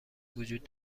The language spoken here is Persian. وجود